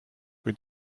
kui